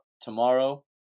tomorrow